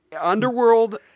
underworld